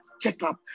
checkup